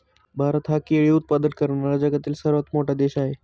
भारत हा केळी उत्पादन करणारा जगातील सर्वात मोठा देश आहे